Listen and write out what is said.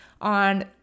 on